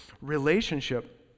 relationship